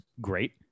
great